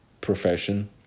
profession